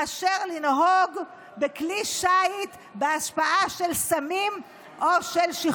מאשר לנהוג בכלי שיט בהשפעה של סמים או של שכרות.